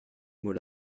mot